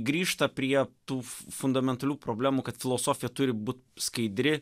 grįžta prie tų fu fundamentalių problemų kad filosofija turi būt skaidri